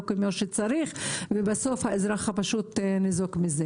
כמו שצריך ובסוף האזרח הפשוט ניזוק מזה.